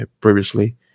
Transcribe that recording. previously